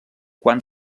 quan